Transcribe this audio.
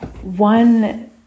one